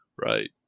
right